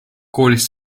koolist